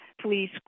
please